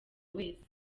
wese